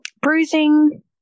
bruising